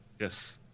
Yes